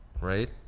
right